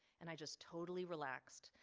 and i just totally relaxed.